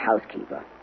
housekeeper